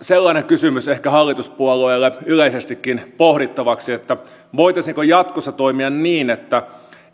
sellainen kysymys ehkä hallituspuolueille yleisestikin pohdittavaksi että voitaisiinko jatkossa toimia niin että